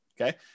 okay